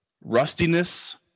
rustiness